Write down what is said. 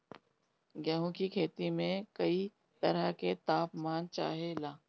गेहू की खेती में कयी तरह के ताप मान चाहे ला